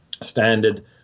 standard